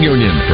Union